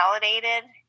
validated